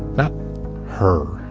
not her.